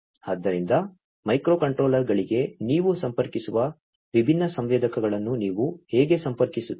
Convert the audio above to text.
ಆದ್ದರಿಂದ ಮೈಕ್ರೋಕಂಟ್ರೋಲರ್ಗಳಿಗೆ ನೀವು ಸಂಪರ್ಕಿಸುವ ವಿಭಿನ್ನ ಸಂವೇದಕಗಳನ್ನು ನೀವು ಹೇಗೆ ಸಂಪರ್ಕಿಸುತ್ತೀರಿ